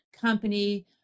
company